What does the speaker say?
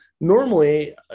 normally